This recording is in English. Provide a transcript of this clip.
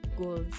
goals